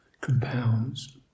compounds